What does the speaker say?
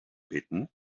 bitten